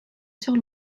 sur